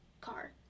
car